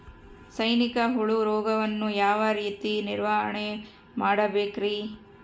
ಸೈನಿಕ ಹುಳು ರೋಗವನ್ನು ಯಾವ ರೇತಿ ನಿರ್ವಹಣೆ ಮಾಡಬೇಕ್ರಿ?